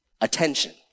attention